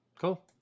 Cool